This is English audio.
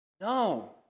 No